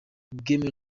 bwemewe